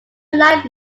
light